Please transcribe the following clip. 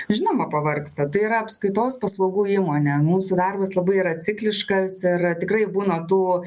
žinoma pavargsta tai yra apskaitos paslaugų įmonė mūsų darbas labai yra cikliškas ir tikrai būna tų